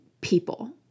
people